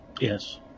Yes